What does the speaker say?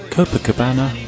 Copacabana